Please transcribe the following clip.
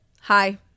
hi